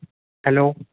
hello